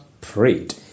prayed